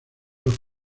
los